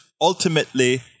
ultimately